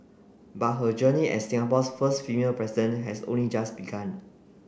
but her journey as Singapore's first female President has only just begun